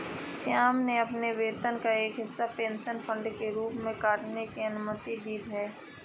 श्याम ने अपने वेतन का एक हिस्सा पेंशन फंड के रूप में काटने की अनुमति दी है